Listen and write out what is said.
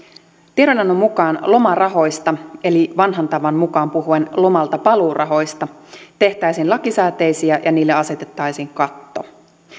tiedonannon mukaan lomarahoista eli vanhan tavan mukaan puhuen lomaltapaluurahoista tehtäisiin lakisääteisiä ja niille asetettaisiin katto